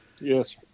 Yes